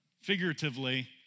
figuratively